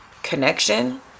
connection